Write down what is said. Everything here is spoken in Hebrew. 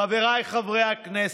חבריי חברי הכנסת,